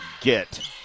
get